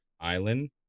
Island